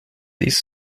these